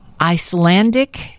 Icelandic